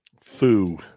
foo